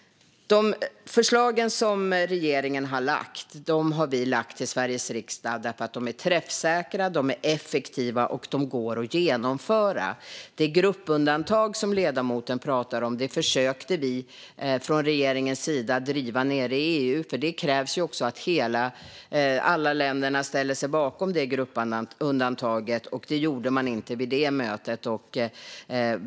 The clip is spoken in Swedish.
De förslag som regeringen har lagt fram har vi lagt fram till Sveriges riksdag därför att de är träffsäkra och effektiva och därför att de går att genomföra. Det gruppundantag som ledamoten pratar om försökte vi från regeringens sida att driva nere i EU. Det krävs ju att alla länder ställer sig bakom gruppundantaget, och det gjorde de inte vid det mötet.